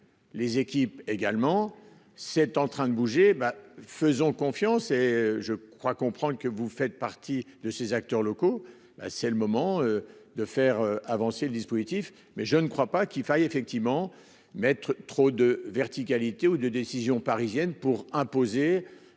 Les équipes également. C'est en train de bouger, ben faisons confiance et je crois comprendre que vous faites partie de ces acteurs locaux. Ben c'est le moment de faire avancer le dispositif mais je ne crois pas qu'il faille effectivement mettre trop de verticalité ou de décisions parisiennes pour imposer